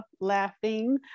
laughing